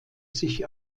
sich